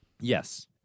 Yes